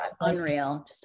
Unreal